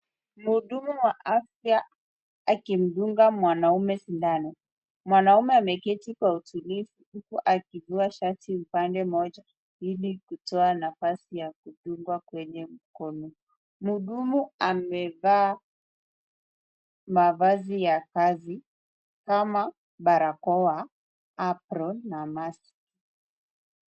Mhudumu wa afya akimdunga mwanaume sindano. Mwanaume ameketi kwa utulivu huku akiinua shati upande mmoja ili kutoa nafasi ya kudungwa kwenye mkono. Mhudumu amevaa mavazi ya kazi kama barakoa, apron na maski.